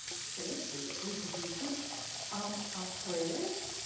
says or reproduces um, are prayers.